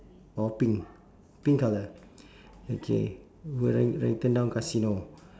or pink pink colour okay right right turn now casino